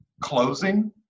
closing